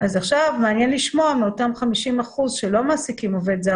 אז עכשיו מעניין לשמוע מאותם 50% שלא מעסיקים עובד זר,